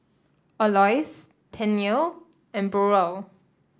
Aloys Tennille and Burrell